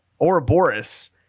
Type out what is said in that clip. Ouroboros